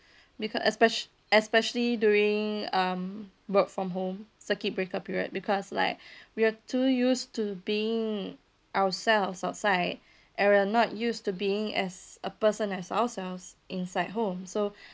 because especi~ especially during um work from home circuit breaker period because like we are too used to being ourselves outside and we're not used to being as a person as ourselves inside home so